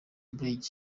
brig